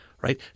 right